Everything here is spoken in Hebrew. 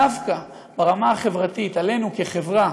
דווקא ברמה החברתית עלינו, כחברה